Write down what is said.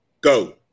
Go